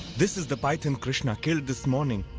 this is the python krishna killed this morning!